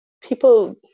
people